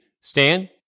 Stan